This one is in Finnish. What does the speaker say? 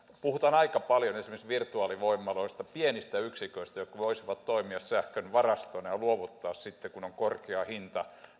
puhutaan aika paljon esimerkiksi virtuaalivoimaloista pienistä yksiköistä jotka voisivat toimia sähkön varastoina ja luovuttaa sitä pois sitten kun on korkea hinta